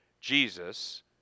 Jesus